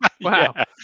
Wow